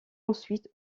ensuite